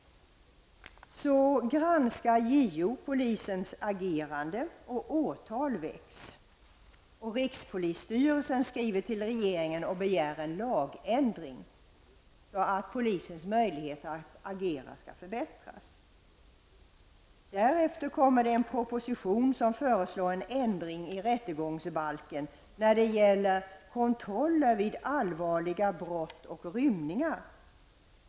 JO granskar polisens agerande, och åtal väcks. Rikspolisstyrelsen skriver till regeringen och begär en lagändring så att polisens möjligheter att agera skall förbättras. Därefter kommer en proposition som föreslår en ändring i rättegångsbalken när det gäller kontroller vid allvarliga brott och rymningar.